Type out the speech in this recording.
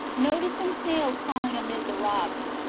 noticed some snails crawling amid the rocks,